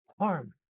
harm